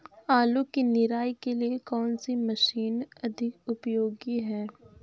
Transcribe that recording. आलू की निराई के लिए कौन सी मशीन अधिक उपयोगी है?